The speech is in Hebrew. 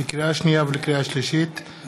לקריאה שנייה ולקריאה שלישית,